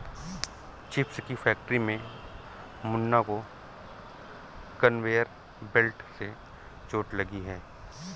chips की factory में मुन्ना को कन्वेयर बेल्ट से चोट लगी है